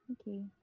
Okay